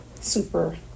Super